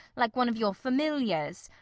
like one of your familiars.